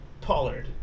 Pollard